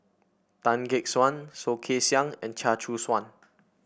Tan Gek Suan Soh Kay Siang and Chia Choo Suan